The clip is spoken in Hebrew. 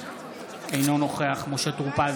אינו נוכח משה טור פז,